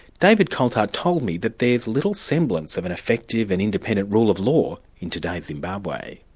david coltart told me that there's little semblance of an effective and independent rule of law in today's zimbabwe.